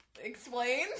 explain